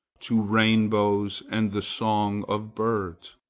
to rainbows and the song of birds.